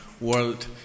world